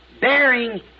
Bearing